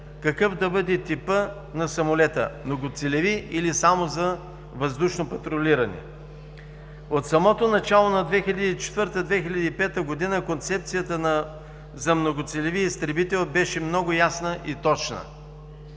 какъв да бъде типът на самолета – многоцелеви или само за въздушно патрулиране. От самото начало на 2004 – 2005 г. концепцията за многоцелеви изтребител беше много ясна и точна.